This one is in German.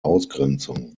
ausgrenzung